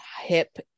hip